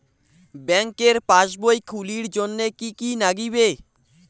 ব্যাঙ্কের পাসবই খুলির জন্যে কি কি নাগিবে?